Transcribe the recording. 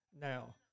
now